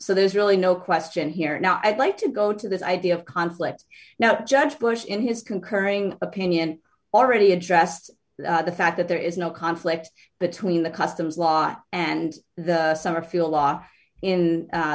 so there's really no question here now i'd like to go to this idea of conflicts now judge bush in his concurring opinion already addressed the fact that there is no conflict between the customs laws and the summerfield law in